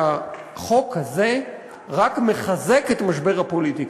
שהחוק הזה רק מחזק את משבר הפוליטיקה.